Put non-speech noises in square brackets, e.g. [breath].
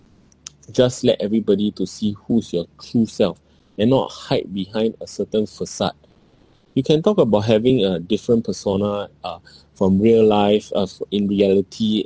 [noise] just let everybody to see who's your true self and not hide behind a certain facade you can talk about having a different persona uh [breath] from real life uh f~ in reality